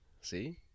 See